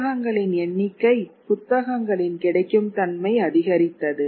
புத்தகங்களின் எண்ணிக்கை புத்தகங்களின் கிடைக்கும் தன்மை அதிகரித்தது